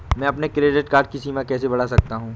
मैं अपने credit card की सीमा कैसे बढ़ा सकता हूँ?